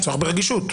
צריך ברגישות.